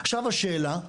עכשיו השאלה היא: